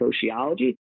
sociology